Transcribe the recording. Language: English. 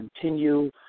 continue